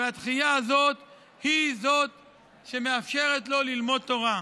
והדחייה הזאת היא שמאפשרת לו ללמוד תורה.